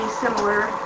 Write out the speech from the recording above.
similar